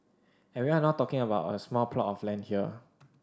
and we're not talking about a small plot of land here